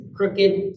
Crooked